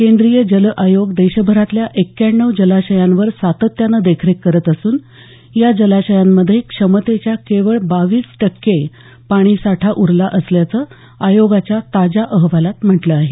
केंद्रीय जल आयोग देशभरातल्या एक्क्याण्णव जलाशयांवर सातत्यानं देखरेख करत असून या जलाशयांमध्ये क्षमतेच्या केवळ बावीस टक्के पाणी साठा उरला असल्याचं आयोगाच्या ताज्या अहवालात म्हटलं आहे